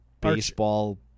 baseball